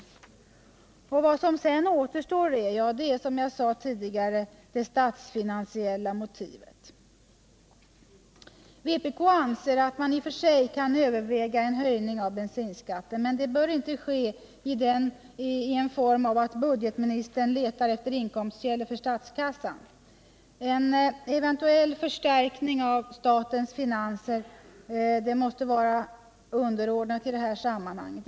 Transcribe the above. Vad som sedan återstår är, som jag redan påpekat, det statsfinansiella motivet. Vpk anser att man i och för sig kan överväga en höjning av bensinskatten. Men det bör inte ske i form av att budgetministern letar efter inkomstkällor för statskassan. En eventuell förstärkning av statens finanser måste anses vara av underordnad betydelse i sammanhanget.